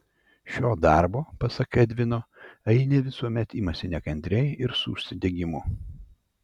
šio darbo pasak edvino ainė visuomet imasi nekantriai ir su užsidegimu